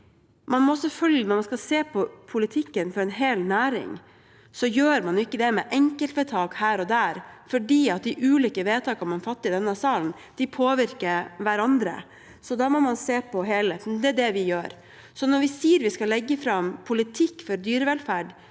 Når man skal se på politikken for en hel næring, gjør man ikke det med enkeltvedtak her og der, for de ulike vedtakene man fatter i denne salen, påvirker hverandre, så da må man se på helheten. Det er det vi gjør. Når vi sier at vi skal legge fram politikk for dyrevelferd,